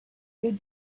your